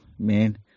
man